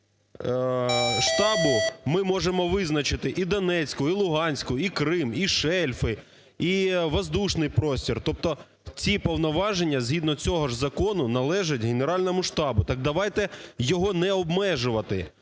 штабу ми можемо визначити і Донецьку, і Луганську, і Крим, і шельфи, і воздушний простір, тобто ці повноваження згідно цього ж закону належать Генеральному штабу. Так давайте його не обмежувати.